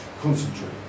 Concentrate